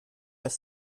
ist